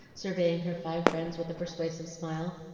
surveying her five friends with a persuasive smile.